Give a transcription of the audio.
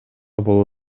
боло